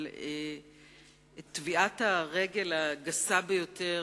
אבל את טביעת הרגל הגסה ביותר,